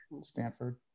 Stanford